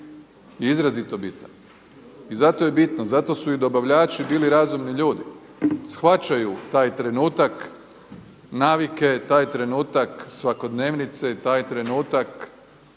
je izrazito bitan. I zato je bitno, zato su i dobavljači bili razumni ljudi. Shvaćaju taj trenutak navike, taj trenutak svakodnevnice i taj trenutak